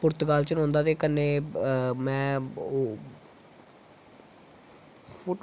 Portugal च रौंह्दा ते कन्नै